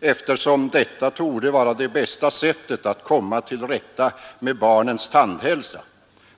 eftersom detta torde vara det bästa sättet att komma till rätta med barnens tandhälsa.